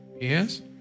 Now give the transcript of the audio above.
Yes